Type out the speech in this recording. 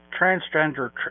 transgender